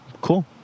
Cool